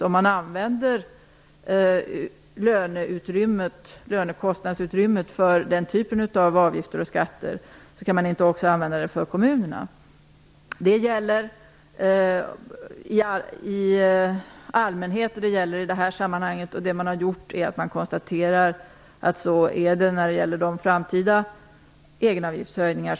Om man använder lönekostnadsutrymmet för den typen av avgifter och skatter kan man naturligtvis inte också använda det för kommunerna. Det gäller i allmänhet och i det här sammanhanget. Man har konstaterat att det är så här när det gäller de framtida egenavgiftshöjningarna.